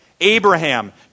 Abraham